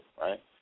right